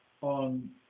on